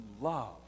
love